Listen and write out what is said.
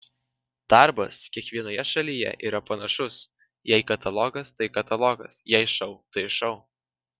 darbas kiekvienoje šalyje yra panašus jei katalogas tai katalogas jei šou tai šou